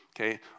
okay